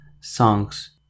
songs